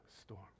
storm